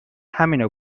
همینو